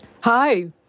Hi